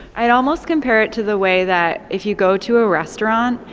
i'd almost compare it to the way that, if you go to a restaurant,